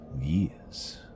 years